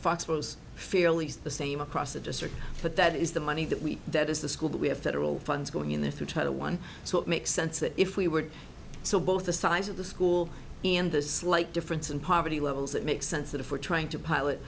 fox was fairly just the same across the district but that is the money that we that is the school that we have federal funds going in there to try to one so it makes sense that if we would so both the size of the school and the slight difference in poverty levels it makes sense that if we're trying to pilot